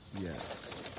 Yes